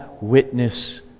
witness